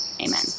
Amen